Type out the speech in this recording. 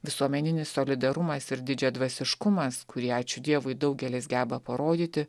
visuomeninis solidarumas ir didžiadvasiškumas kurį ačiū dievui daugelis geba parodyti